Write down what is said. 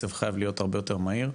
הקצב חייב להיות הרבה יותר מהיר.